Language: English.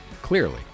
clearly